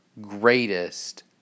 greatest